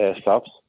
stops